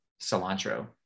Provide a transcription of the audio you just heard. cilantro